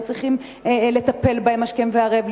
הם צריכים לטפל בהם השכם והערב,